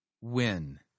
win